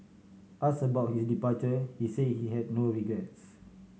ask about his departure he say he had no regrets